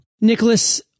Nicholas